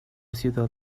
ciudad